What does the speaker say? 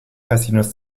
casinos